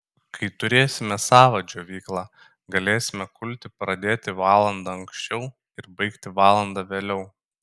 kai turėsime savą džiovyklą galėsime kulti pradėti valanda anksčiau ir baigti valanda vėliau